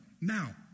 Now